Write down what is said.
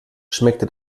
schmeckte